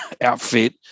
outfit